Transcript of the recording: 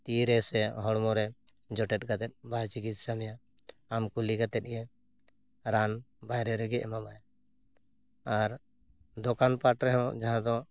ᱛᱤ ᱨᱮᱥᱮ ᱦᱚᱲᱢᱚ ᱨᱮ ᱡᱚᱴᱮᱫ ᱠᱟᱛᱮᱫ ᱵᱟᱭ ᱪᱤᱠᱤᱛᱥᱟ ᱢᱮᱭᱟ ᱟᱢ ᱠᱩᱞᱤ ᱠᱟᱛᱮᱫ ᱜᱮ ᱨᱟᱱ ᱵᱟᱭᱨᱮ ᱨᱮᱜᱮᱭ ᱮᱢᱟᱢᱟ ᱟᱨ ᱫᱚᱠᱟᱱ ᱯᱟᱴ ᱨᱮᱦᱚᱸ ᱡᱟᱦᱟᱸ ᱫᱚ